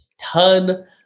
ton